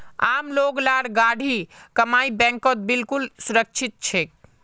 आम लोग लार गाढ़ी कमाई बैंकत बिल्कुल सुरक्षित छेक